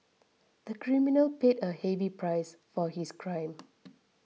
the criminal paid a heavy price for his crime